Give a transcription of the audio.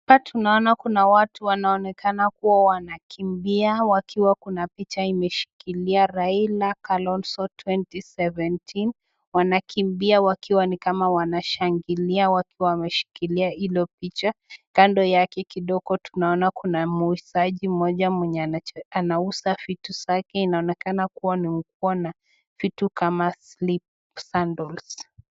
Hapa tunaona kuna watu wanaonekana kuwa wanakimbia wakiwa kuna picha imeshikilia Raila Kalonzo 2017 . Wanakimbia wakiwa ni kama wanashangilia wakiwa wameshikilia hilo picha. Kando yake kidogo tunaona kuna muuzaji mmoja mwenye anauza vitu zake inaonekana kuwa ni nguo na vitu kama sandles .